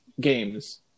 games